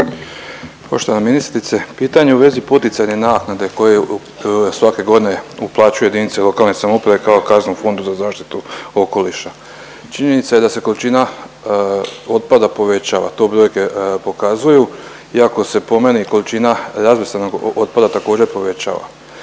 Poštovana ministrice pitanje u vezi poticanja naknade koje svake godine uplaćuje jedinice lokalne samouprave kao kaznu Fondu za zaštitu okoliša. Činjenica je da se količina otpada povećava to brojke pokazuju iako se po meni količina razvrstanog otpada također povećava.